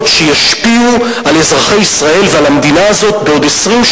שישפיעו על אזרחי ישראל ועל המדינה הזאת בעוד 20,